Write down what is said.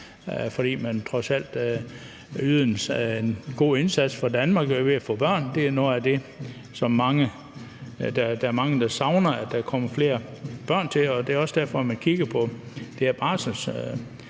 For man yder trods alt en god indsats for Danmark ved at få børn. Det er noget af det, som der er mange der savner, altså at der kommer flere børn til, og det er også derfor, man kigger på det her